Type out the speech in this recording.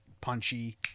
punchy